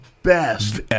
best